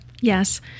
yes